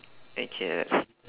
okay let's